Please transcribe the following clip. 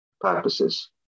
purposes